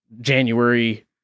January